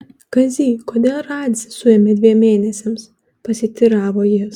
kazy kodėl radzį suėmė dviem mėnesiams pasiteiravo jis